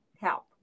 help